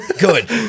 Good